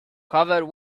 covered